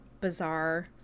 bizarre